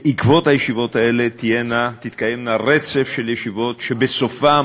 בעקבות הישיבות האלה יתקיים רצף של ישיבות, שבסופו